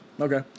Okay